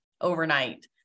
overnight